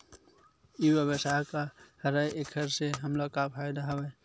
ई व्यवसाय का हरय एखर से हमला का फ़ायदा हवय?